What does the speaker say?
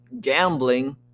gambling